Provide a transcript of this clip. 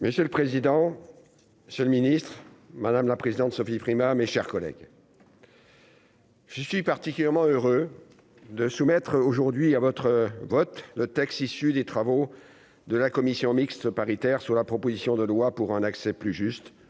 Monsieur le président, Monsieur le Ministre, madame la présidente, Sophie Primas, mes chers collègues. Je suis particulièrement heureux de soumettre aujourd'hui à votre vote le texte issu des travaux de la commission mixte paritaire sur la proposition de loi pour un accès plus juste,